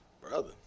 Brother